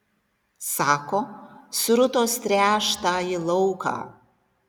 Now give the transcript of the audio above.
sako srutos tręš tąjį lauką